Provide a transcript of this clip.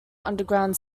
underground